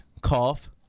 cough